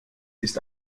ist